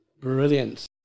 Brilliant